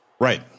Right